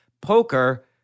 Poker